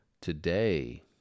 Today